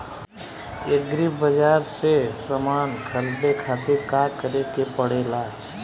Agri बाज़ार से समान ख़रीदे खातिर का करे के पड़ेला?